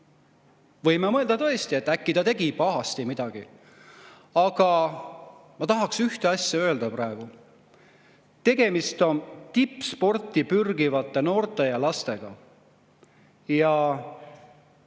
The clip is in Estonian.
Võime mõelda tõesti, et äkki ta tegi midagi pahasti. Aga ma tahaksin ühte asja öelda praegu: tegemist on tippsporti pürgivate noorte ja lastega.